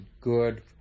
good